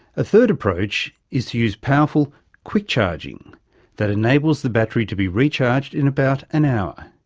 a third approach is to use powerful quick charging that enables the battery to be recharged in about an hour.